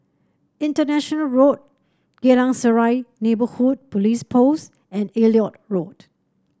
International Road Geylang Serai Neighbourhood Police Post and Elliot Road